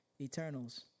Eternals